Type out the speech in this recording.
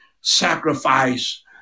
sacrifice